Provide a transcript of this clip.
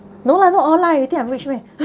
no lah not all lah you think I'm rich meh